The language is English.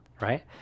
right